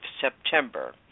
September